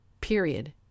Period